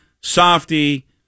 Softy